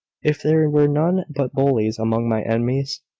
if there were none but bullies among my enemies,